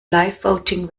livevoting